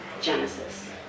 genesis